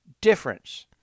difference